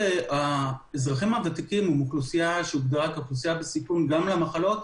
האזרחים הוותיקים הם אוכלוסייה שהוגדרה כאוכלוסייה בסיכון גם למחלות,